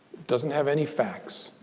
doesn't have any facts,